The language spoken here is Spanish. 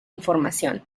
información